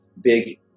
big